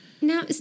now